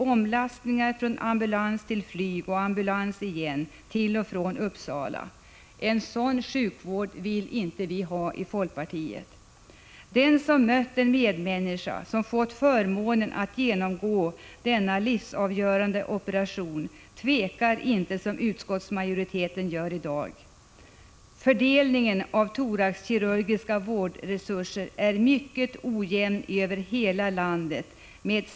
Omlastningar sker från ambulans till flyg och därefter åter till ambulans både till och från Uppsala. En sådan sjukvård vill vi i folkpartiet inte ha. Den som har mött en medmänniska som fått förmånen att genomgå en livsavgörande operation tvekar inte som utskottsmajoriteten gör i dag. Fördelningen av thoraxkirurgiska vårdresurser är mycket ojämn över hela landet.